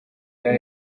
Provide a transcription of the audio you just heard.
gen